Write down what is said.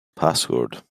password